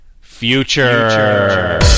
future